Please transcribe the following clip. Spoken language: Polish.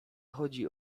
chodzi